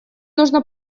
нужно